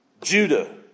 Judah